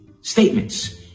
statements